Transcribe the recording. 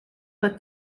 for